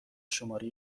شماره